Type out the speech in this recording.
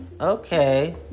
okay